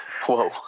Whoa